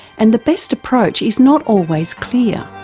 and the best approach is not always clear.